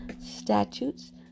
statutes